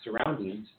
surroundings